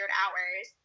hours